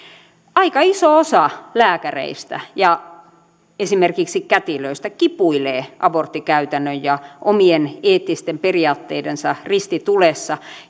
aika iso osa lääkäreistä ja esimerkiksi kätilöistä kipuilee aborttikäytännön ja omien eettisten periaatteidensa ristitulessa